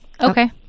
Okay